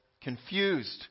confused